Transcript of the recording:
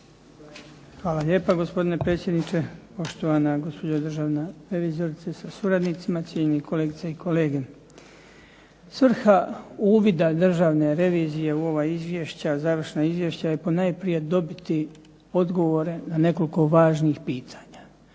Hvala lijepa gospodine predsjedniče, poštovana gospođo državna revizorice sa suradnicima, cijenjeni kolegice i kolege. Svrha uvida državne revizije u ova završna izvješća je najprije dobiti odgovore na nekoliko važnih pitanja